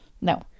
No